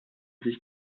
sich